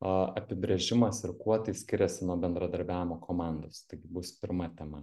a apibrėžimas ir kuo tai skiriasi nuo bendradarbiavimo komandos taigi bus pirma tema